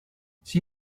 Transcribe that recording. she